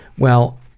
well